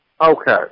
Okay